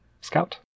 Scout